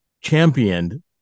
championed